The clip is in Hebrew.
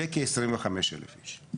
לכ-25,000 איש.